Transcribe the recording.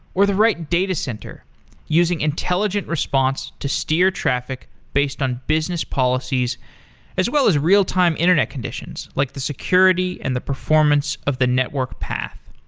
or the right datacenter using intelligent response to steer traffic based on business policies as well as real time internet conditions, like the security and the performance of the network path.